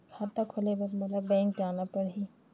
खाता खोले बर मोला बैंक जाना परही?